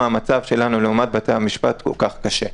המצב שלנו לעומת בתי המשפט כל כך קשה.